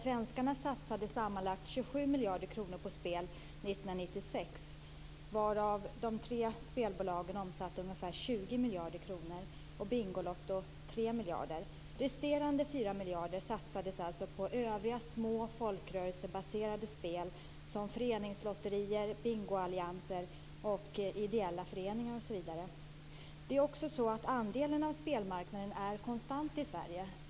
Svenskarna satsade sammanlagt 27 miljarder kronor på spel 1996, varav de tre spelbolagen omsatte ungefär 20 miljarder kronor och Bingolotto 3 miljarder. Resterande 4 miljarder satsades alltså på övriga små, folkrörelsebaserade spel som föreningslotterier, bingoallianser, ideella föreningar osv. Spelmarknadens andel är också konstant i Sverige.